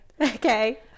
Okay